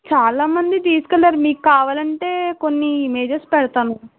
చాలా మంది తీస్కెళ్ళారు మీకు కావాలంటే కొన్ని ఇమేజస్ పెడతాను